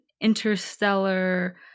interstellar